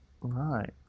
Right